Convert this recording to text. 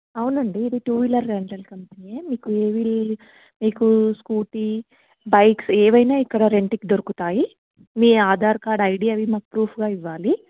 అవునండి ఇది two wheeler rental కంపెనీయే మీకు ఏ వీల్ మీకు స్కూటీ బైక్స్ ఏమైన ఇక్కడ రెంట్కి దొరుకుతాయి మీ ఆధార్ కార్డ్ ఐడీ అవి మాకు ప్రూఫ్గా ఇవ్వాలి